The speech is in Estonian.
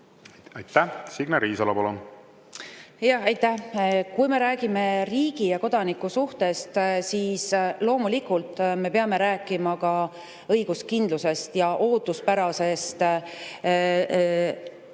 Aitäh! Signe Riisalo, palun! Aitäh! Kui me räägime riigi ja kodaniku suhtest, siis loomulikult me peame rääkima ka õiguskindlusest ja ootuspärasest